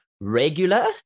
Regular